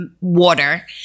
water